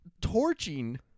torching